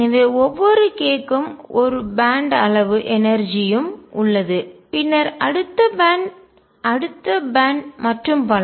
எனவே ஒவ்வொரு k க்கும் ஒரு பேன்ட் பட்டை அளவு எனர்ஜி ஆற்றல் ம் உள்ளது பின்னர் அடுத்த பேன்ட் பட்டைமற்றும் அடுத்த பேன்ட் பட்டை மற்றும் பல